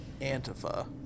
Antifa